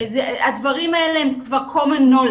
הדברים האלה הם כבר ידיעת הכלל.